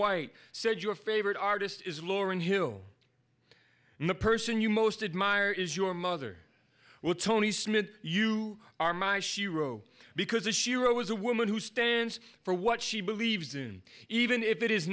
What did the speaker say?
white said your favorite artist is lauryn hill and the person you most admire is your mother well tony smith you are my she wrote because this year i was a woman who stands for what she believes in even if it is